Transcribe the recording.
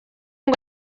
ngo